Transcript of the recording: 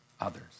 others